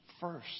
first